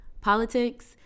politics